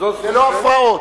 זה לא הפרעות.